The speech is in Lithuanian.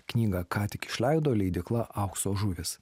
knygą ką tik išleido leidykla aukso žuvys